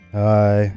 hi